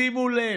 שימו לב,